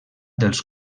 dels